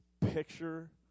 picture